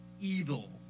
evil